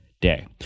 day